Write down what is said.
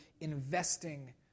investing